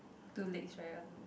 too legs right or something